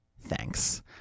Thanks